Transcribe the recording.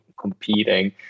competing